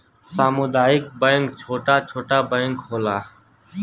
सामुदायिक बैंक छोटा छोटा बैंक होला